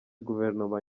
guverinoma